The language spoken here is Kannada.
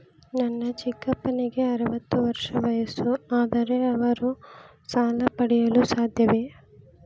ನನ್ನ ಚಿಕ್ಕಪ್ಪನಿಗೆ ಅರವತ್ತು ವರ್ಷ ವಯಸ್ಸು, ಆದರೆ ಅವರು ಸಾಲ ಪಡೆಯಲು ಸಾಧ್ಯವೇ?